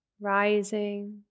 rising